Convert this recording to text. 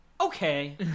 Okay